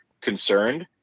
concerned